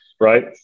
right